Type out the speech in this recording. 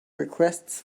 requests